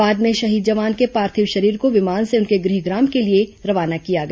बाद में शहीद जवान के पार्थिव शरीर को विमान से उनके गृहग्राम के लिए रवाना किया गया